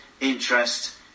interest